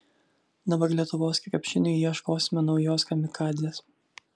dabar lietuvos krepšiniui ieškosime naujos kamikadzės